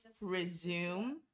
resume